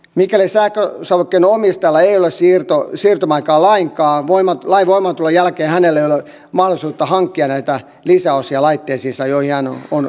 mikäli sähkösavukkeen omistajalla ei ole siirtymäaikaa lainkaan lain voimaantulon jälkeen hänellä ei ole mahdollisuutta hankkia näitä lisäosia laitteisiinsa joihin hän on investoinut